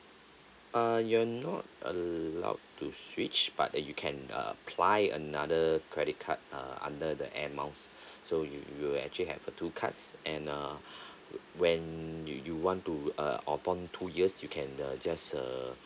err you're not allowed to switch but uh you can apply another credit card uh under the air miles so you you will actually have uh two cards and err when you you want to uh upon two years you can uh just err